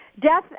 death